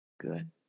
Good